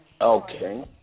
Okay